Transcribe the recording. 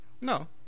No